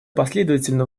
последовательно